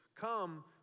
come